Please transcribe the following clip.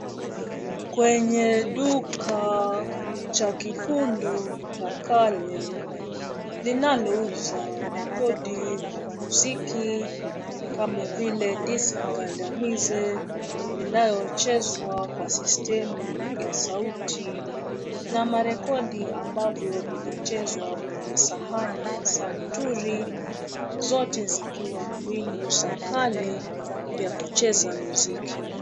Kwenye duka cha kifundo cha kale linalouza rekodi za muziki kama vile disk ngandamize linaochezwa kwa sistemi ya sauti na marekodi ambavyo vinachezwa kwenye sahani ya santuri zote zikiwa ambinu za kale vya kucheza muziki.